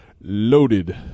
loaded